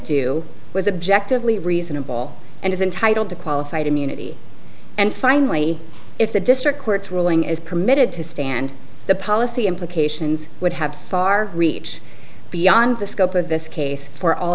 to was objective lee reasonable and is entitled to qualified immunity and finally if the district court's ruling is permitted to stand the policy implications would have far reach beyond the scope of this case for all